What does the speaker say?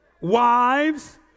Wives